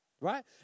Right